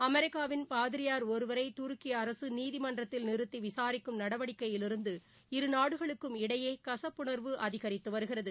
அமெரிக்காவின் பாதிரியார் ஒருவரை துருக்கி அரசு நீதிமன்றத்தில் நிறுத்தி விசாரிக்கும் நடவடிக்கையிலிருந்து இரு நாடுகளுக்கும் இடையே கசப்புணர்வு அதிகரித்து வருகிறது